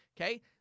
Okay